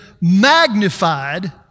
magnified